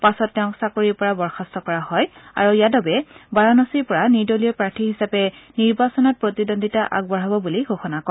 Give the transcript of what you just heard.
পিছত তেওঁক চাকৰীৰ পৰা বৰ্খস্ত কৰা হয় আৰু যাদৱে বাৰানসীৰ পৰা নিৰ্দলীয় প্ৰাৰ্থী হিচাপে নিৰ্বাচনত প্ৰতিদ্বন্দ্বিতা আগবঢ়াব বুলি ঘোষণা কৰে